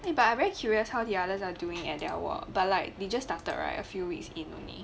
eh I'm very curious how the others are doing at their work but like they just started right a few weeks in only